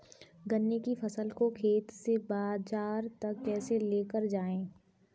गन्ने की फसल को खेत से बाजार तक कैसे लेकर जाएँ?